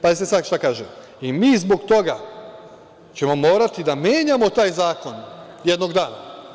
Pazite sada šta kaže: „I mi zbog toga ćemo morati da menjamo taj zakon jednog dana“